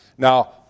Now